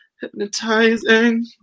hypnotizing